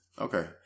Okay